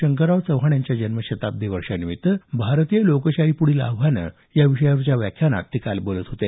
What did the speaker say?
शंकरराव चव्हाण यांच्या जन्मशताब्दी वर्षानिमित्त भारतीय लोकशाही पुढील आव्हाने या विषयावरच्या व्याख्यानात ते बोलत होते